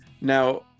now